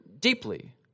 deeply